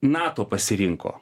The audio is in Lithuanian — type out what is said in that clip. nato pasirinko